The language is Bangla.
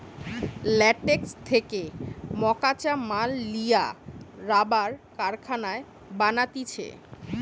ল্যাটেক্স থেকে মকাঁচা মাল লিয়া রাবার কারখানায় বানাতিছে